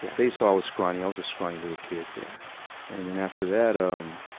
yeah they saw i was scrawny. i was a scrawny, little kid. yeah and then after that, um,